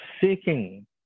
seeking